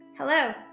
Hello